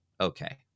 Okay